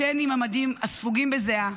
ישן עם המדים הספוגים בזיעה,